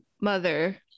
mother